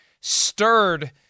stirred